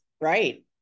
right